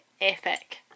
epic